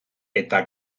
eta